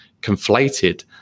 conflated